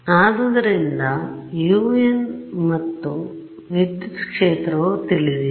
ಆದ್ದರಿಂದ un ಮತ್ತು ವಿದ್ಯುತ್ ಕ್ಷೇತ್ರವು ತಿಳಿದಿಲ್ಲ